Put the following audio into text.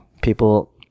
People